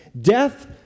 Death